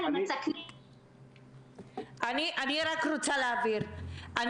אני רק רוצה להבהיר,